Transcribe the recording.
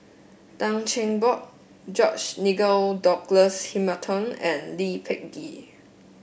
Tan Cheng Bock George Nigel Douglas Hamilton and Lee Peh Gee